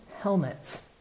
helmets